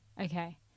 Okay